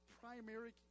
primary